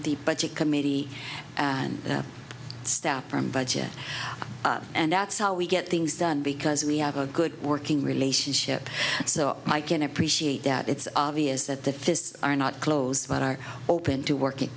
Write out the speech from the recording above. the budget committee and staff from budget and that's how we get things done because we have a good working relationship so i can appreciate that it's obvious that the fists are not closed but are open to working